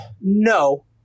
no